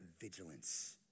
vigilance